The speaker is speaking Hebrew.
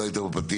לא היית בפתיח,